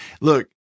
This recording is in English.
look